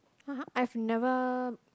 !huh! I've never